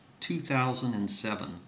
2007